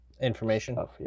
information